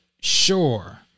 sure